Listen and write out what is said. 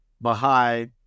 Baha'i